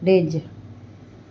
डिज